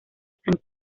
san